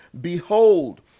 Behold